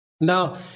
Now